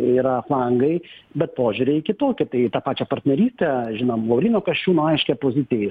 yra flangai bet požiūriai kitokie tai į tą pačią partnerystę žinom lauryno kasčiūno aiškią poziciją